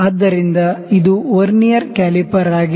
ಆದ್ದರಿಂದ ಇದು vernier caliper ಆಗಿತ್ತು